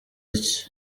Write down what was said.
iki